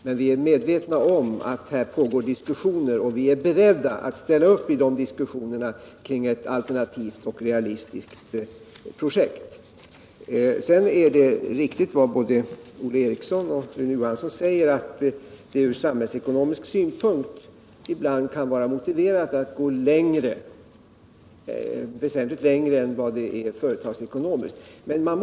Men vi är medvetna om att det pågår diskussioner, och vi är beredda att ställa upp i diskussioner kring ett alternativt realistiskt projekt. Sedan är det riktigt som både Olle Eriksson och Rune Johansson i Åmål säger att det ur samhällsekonomisk synpunkt ibland kan vara motiverat att gå väsentligt längre än vad som är företagsekonomiskt motiverat.